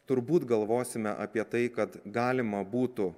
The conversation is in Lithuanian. turbūt galvosime apie tai kad galima būtų